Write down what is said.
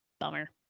Bummer